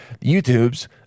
YouTubes